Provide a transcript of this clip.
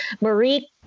Marie